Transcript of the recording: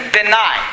deny